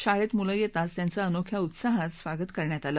शाळेत मुलं येताच त्यांचे अनोख्या उत्साहात स्वागत करण्यात आले